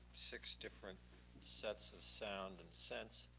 six different sets of sound and sense.